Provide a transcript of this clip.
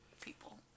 people